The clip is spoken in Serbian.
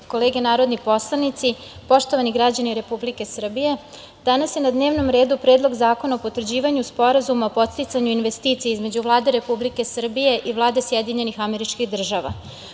kolege narodni poslanici, poštovani građani Republike Srbije, danas je na dnevnom redu Predlog zakona o potvrđivanju Sporazuma o podsticanju investicija između Vlade Republike Srbije i Vlade SAD.Početkom ove